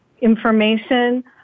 information